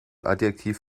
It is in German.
adjektiv